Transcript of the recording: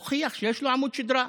הוכיח שיש לו עמוד שדרה.